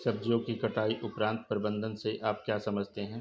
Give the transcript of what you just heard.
सब्जियों की कटाई उपरांत प्रबंधन से आप क्या समझते हैं?